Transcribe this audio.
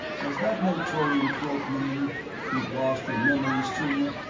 does that mentorian cloak mean you've lost your memories, too?